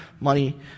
money